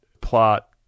plot